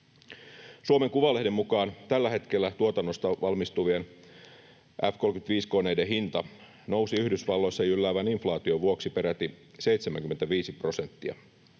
Suomen Kuvalehden mukaan tällä hetkellä tuotannosta valmistuvien F-35-koneiden hinta nousi Yhdysvalloissa jylläävän inflaation vuoksi peräti 75 prosenttia.